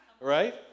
right